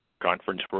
Conference